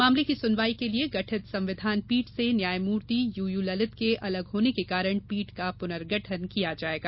मामले की सुनवाई के लिए गठित संविधान पीठ से न्यायमूर्ति यूयू ललित के अलग होने के कारण पीठ का पुनर्गठन किया जाएगा